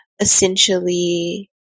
essentially